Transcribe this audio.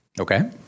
Okay